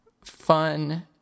fun